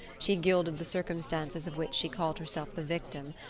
she gilded the circumstances of which she called herself the victim,